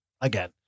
Again